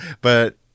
but-